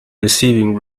receiving